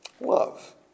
Love